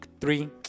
three